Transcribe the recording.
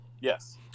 Yes